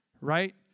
Right